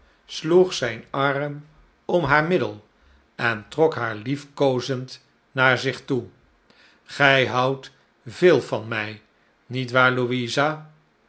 sloeg zijn arm om haar middel en trok haar liefkoozend naar zich toe gij houdt veel van mij niet waar louisa